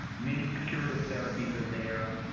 many curative therapies are there.